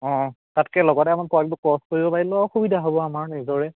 অঁ তাতকৈ লগতে আমাৰ পোৱালিবোৰক ক্ৰচ কৰিব পাৰিলেও সুবিধা হ'ব আমাৰ নিজৰে